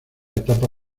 etapa